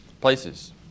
Places